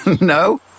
No